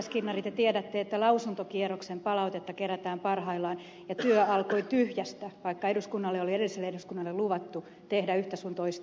skinnari te tiedätte että lausuntokierroksen palautetta kerätään parhaillaan ja työ alkoi tyhjästä vaikka edelliselle eduskunnalle oli luvattu tehdä yhtä sun toista